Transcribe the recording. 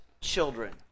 children